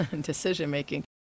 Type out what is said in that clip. decision-making